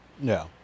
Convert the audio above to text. No